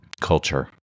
culture